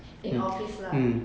in office lah